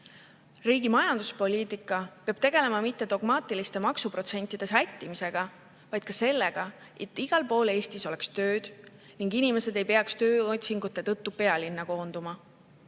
Riigi majanduspoliitika peab tegelema mitte dogmaatiliste maksuprotsentide sättimisega, vaid ka sellega, et igal pool Eestis oleks tööd ning inimesed ei peaks tööotsingute tõttu pealinna koonduma.